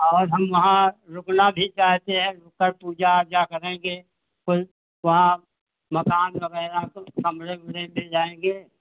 और हम वहाँ रुकना भी चाहते हैं रुक कर पूजा उजा करेंगे फिर वहाँ मकान वग़ैरह कुछ कमरे वमरे मिल जाएंगे